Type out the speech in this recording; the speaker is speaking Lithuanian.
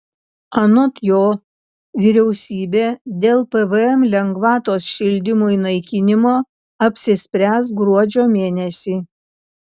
anot jo vyriausybė dėl pvm lengvatos šildymui naikinimo apsispręs gruodžio mėnesį